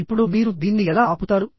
ఇప్పుడు మీరు దీన్ని ఎలా ఆపుతారు